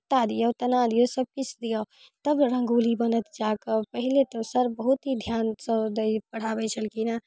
पत्ता दियौ तना दियौ सब किछु दियौ तब ओ रङ्गोली बनत जाके पहिले तऽ सर बहुत ही ध्यानसँ पढ़ाबै छलखिन हँ